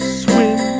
swim